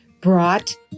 brought